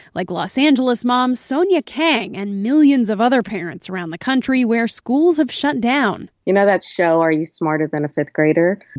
like los angeles mom sonia kang and millions of other parents around the country where schools have shut down you know that show are you smarter than a fifth grader?